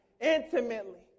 intimately